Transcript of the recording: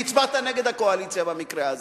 והצבעת נגד הקואליציה במקרה הזה,